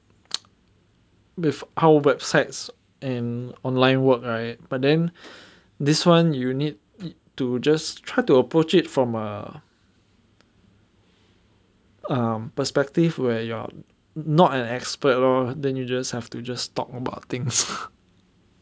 with our websites and online work right but then this [one] you need need to just try to approach it from a um perspective where you're not an expert lor then you just have to just talk about things